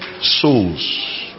souls